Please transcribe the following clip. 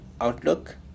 outlook